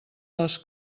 les